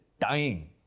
dying